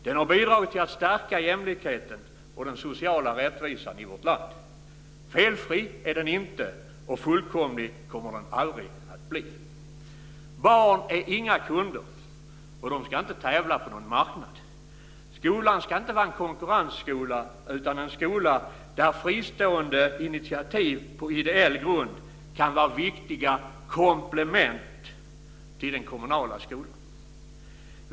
Den har bidragit till att stärka jämlikheten och den sociala rättvisan i vårt land. Felfri är den inte, och fullkomlig kommer den aldrig att bli. Barn är inga kunder, och de ska inte tävla på någon marknad. Skolan ska inte vara en konkurrensskola utan en skola där fristående initiativ på ideell grund kan vara viktiga komplement till den kommunala skolan.